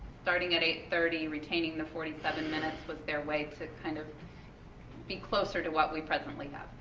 starting at eight thirty retaining the forty seven minutes was their way to kind of be closer to what we presently have.